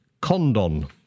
Condon